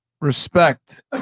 Respect